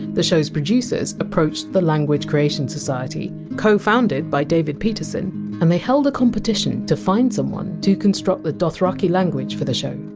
the show! s producers approached the language creation society cofounded by david peterson and they held a competition to find someone to construct dothraki language for the show.